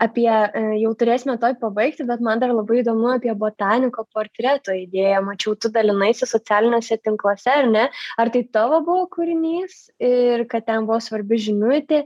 apie jau turėsime tuoj pabaigti bet man dar labai įdomu apie botaniko portreto idėją mačiau tu dalinaisi socialiniuose tinkluose ar ne ar tai tavo buvo kūrinys ir kad ten buvo svarbi žinutė